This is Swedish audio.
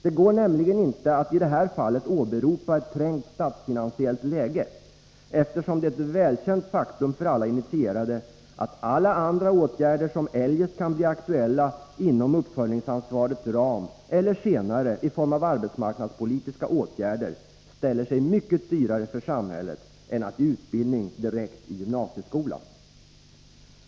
Det går nämligen inte att i det här fallet åberopa ett trängt statsfinansiellt läge, eftersom det är ett välkänt faktum för alla initierade att alla andra åtgärder, som eljest kan bli aktuella inom uppföljningsansvarets ram eller senare i form av arbetsmarknadspolitiska åtgärder, ställer sig mycket dyrare för samhället än att ge utbildning direkt i gymnasieskolan.